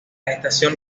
estación